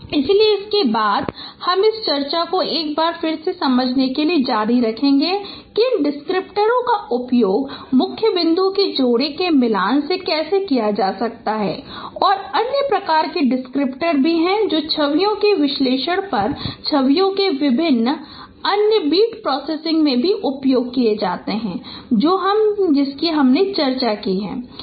इसलिए इसके बाद हम इस चर्चा को एक बार फिर से समझने के लिए जारी रखेंगे कि इन डिस्क्रिप्टर का उपयोग मुख्य बिंदुओं के जोड़े के मिलान में कैसे किया जा सकता है और अन्य प्रकार के डिस्क्रिप्टर भी हैं जो छवियों के विश्लेषण पर छवियों के विभिन्न अन्य बिट प्रोसेसिंग में भी उपयोगी हैं जो हम चर्चा भी करेंगे